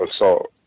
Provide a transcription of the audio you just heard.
assault